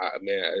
man